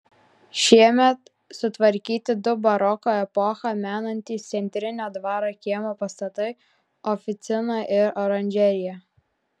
šiemet sutvarkyti du baroko epochą menantys centrinio dvaro kiemo pastatai oficina ir oranžerija